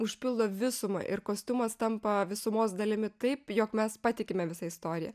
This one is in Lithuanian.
užpildo visumą ir kostiumas tampa visumos dalimi taip jog mes patikime visa istorija